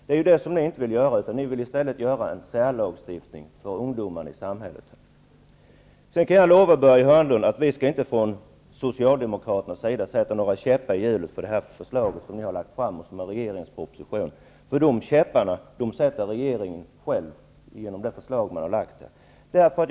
Det är det ni inte vill göra, utan ni vill i stället införa en särlagstiftning för ungdomarna i samhället. Sedan kan jag lova Börje Hörnlund att vi från Socialdemokraterna inte skall sätta några käppar i hjulet för det förslag som regeringen har lagt fram i sin proposition. De käpparna kommer regeringen själv att sätta genom det förslag den har lagt fram.